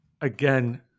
again